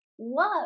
love